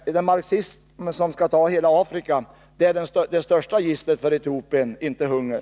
Är det marxismen som skall ta hela Afrika? Det är det största gisslet för Etiopien — inte hungern.